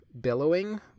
billowing